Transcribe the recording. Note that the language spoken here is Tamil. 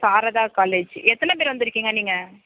சாரதா காலேஜ் எத்தனை பேர் வந்துயிருக்கிங்க நீங்கள்